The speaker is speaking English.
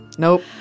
Nope